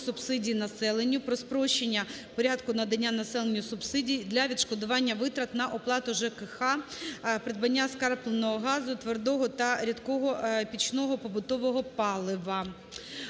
субсидій населенню, "Про спрощення порядку надання населенню субсидій для відшкодування витрат на оплату ЖКГ придбання скрапленого газу, твердого та рідкого пічного побутового палива".